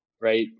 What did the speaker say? right